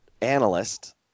analyst